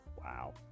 Wow